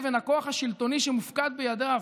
לבין הכוח השלטוני שמופקד בידיו.